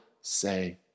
say